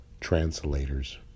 Translators